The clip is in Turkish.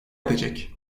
edecek